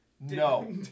No